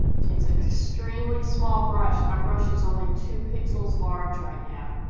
takes an extremely small brush. my brush is only two pixels large right now.